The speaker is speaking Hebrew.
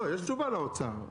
יש תשובה לאוצר,